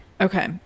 Okay